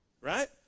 Right